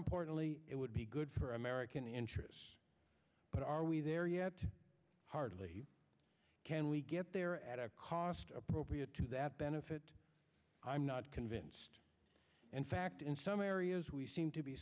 importantly it would be good for american interests but are we there yet hardly can we get there at a cost appropriate to that benefit i'm not convinced in fact in some areas we seem to be